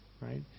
right